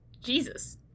jesus